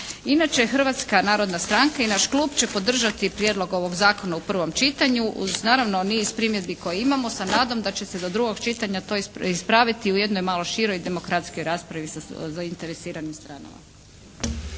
Inače, Hrvatska narodna stranka i naš klub će podržati prijedlog ovog zakona u prvom čitanju uz naravno niz primjedbi koje imamo sa nadom da će se do drugog čitanja to ispraviti u jednoj malo široj demokratskoj raspravi sa zainteresiranim stranama.